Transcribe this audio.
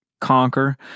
conquer